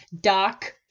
Doc